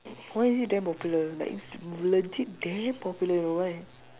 why is it damn popular like it's legit damn popular you know why